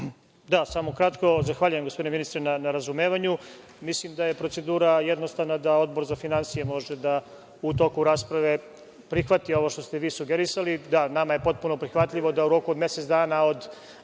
Da, samo kratko. Zahvaljujem gospodine ministre na razumevanju. Mislim da je procedura jednostavna, da Odbor za finansije može da u toku rasprave prihvati ovo što ste vi sugerisali. Nama je potpuno prihvatljivo da u roku od mesec dana